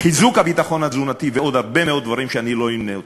חיזוק הביטחון התזונתי ועוד הרבה מאוד דברים שאני לא אמנה כאן.